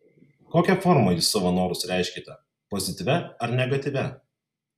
kokia forma jūs savo norus reiškiate pozityvia ar negatyvia